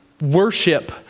worship